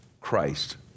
Christ